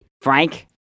Frank